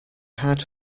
had